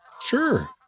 Sure